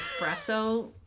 Espresso